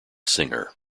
singer